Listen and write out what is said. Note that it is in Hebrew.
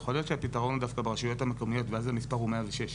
יכול להיות שהפתרון דווקא ברשויות המקומיות ואז המספר הוא 106,